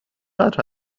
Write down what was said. قدر